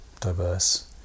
diverse